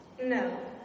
No